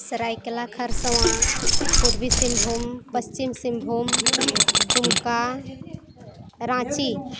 ᱥᱟᱨᱟᱭᱠᱮᱞᱟ ᱠᱷᱚᱨᱥᱚᱶᱟ ᱯᱩᱨᱵᱤ ᱥᱤᱢᱵᱷᱩᱢ ᱯᱚᱥᱪᱤᱢ ᱥᱤᱢᱵᱷᱩᱢ ᱫᱩᱢᱠᱟ ᱨᱟᱸᱪᱤ